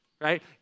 right